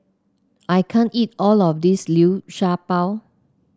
I can't eat all of this Liu Sha Bao